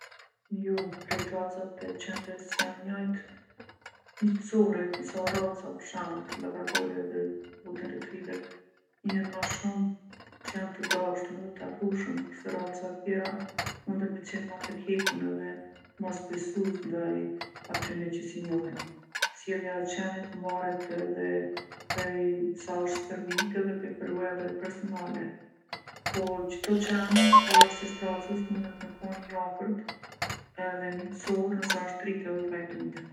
Jo, krejt racat e qenve sjon njojt miqsore, disa raca, për shemull si llabradori edhe gollden retriver, njihen ma shumë qe jan të dashtun edhe t'afrushëm, kurse racat tjera munden me qenë ma tërhjekun edhe mosbesus ndaj atyne që si njohin. Sjellja e qenit mvaret edhe prej sa osht stërvitë edhe prej përvojave personale. Po çdo qen, pavarsisht racës, munet me kon i afërt edhe miqsor nëse osht rritë eshte trajtu mirë.